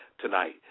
tonight